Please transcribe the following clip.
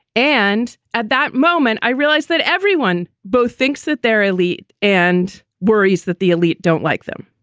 and at that moment, i realized that everyone both thinks that they're elite and worries that the elite don't like them.